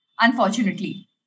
unfortunately